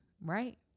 right